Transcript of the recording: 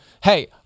Hey